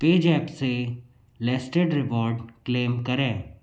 PayZapp से listed reward claim करें